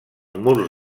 murs